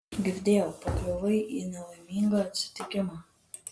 girdėjau pakliuvai į nelaimingą atsitikimą